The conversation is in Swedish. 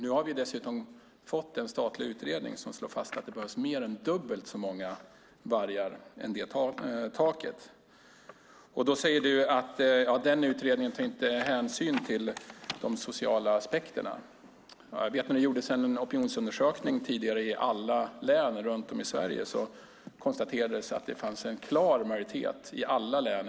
Nu har vi dessutom fått en statlig utredning som slår fast att det behövs mer än dubbelt så många vargar än det taket. Då säger Bengt-Anders Johansson att den utredningen inte tar hänsyn till de sociala aspekterna. Men jag vet att när det gjordes en opinionsundersökning tidigare i alla län runt om i Sverige så konstaterades det att det fanns en klar majoritet i alla län.